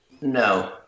no